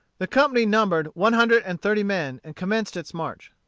the company numbered one hundred and thirty men, and commenced its march.